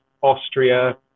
Austria